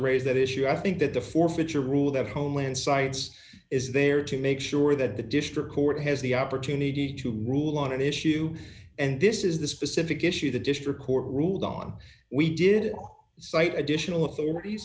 raise that issue i think that the forfeiture rule that homeland sites is there to make sure that the district court has the opportunity to rule on an issue and this is the specific issue the district court ruled on we did cite additional authorities